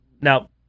now